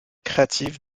créative